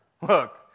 Look